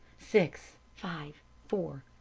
six, five, four,